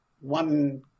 one